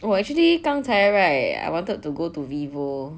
oh actually 刚才 right I wanted to go to vivo